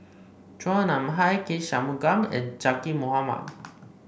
Chua Nam Hai K Shanmugam and Zaqy Mohamad